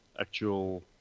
actual